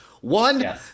One